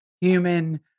human